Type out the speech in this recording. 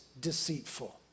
deceitful